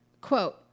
Quote